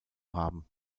haben